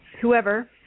whoever